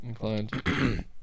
inclined